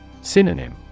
Synonym